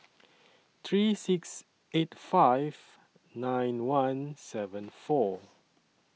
three six eight five nine one seven four